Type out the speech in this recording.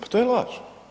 Pa to je laž.